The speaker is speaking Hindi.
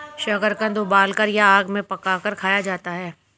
शकरकंद उबालकर या आग में पकाकर खाया जाता है